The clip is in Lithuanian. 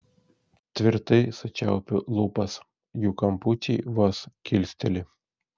tvirtai sučiaupiu lūpas jų kampučiai vos kilsteli